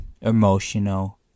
emotional